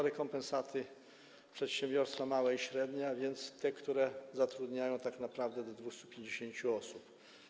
Rekompensaty dostaną przedsiębiorstwa małe i średnie, a więc te, które zatrudniają tak naprawdę do 250 osób.